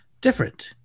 different